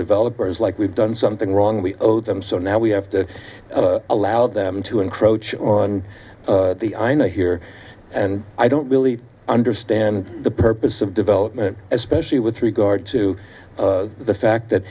developers like we've done something wrong we owe them so now we have to allow them to encroach on the i know here and i don't really understand the purpose of development especially with regard to the fact that